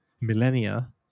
millennia